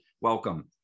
welcome